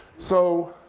so